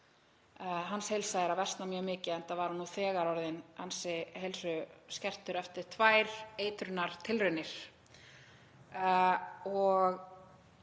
er heilsa hans að versna mjög mikið, enda var hann þegar orðinn ansi heilsuskertur eftir tvær eitrunartilraunir.